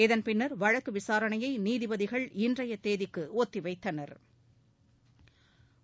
இதன்பின்னா் வழக்கு விசாரணையை நீதிபதிகள் இன்றைய தேதிக்கு ஒத்திவைத்தனா்